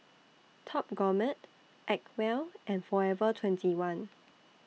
Top Gourmet Acwell and Forever twenty one